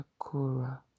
Akura